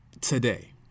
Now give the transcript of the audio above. today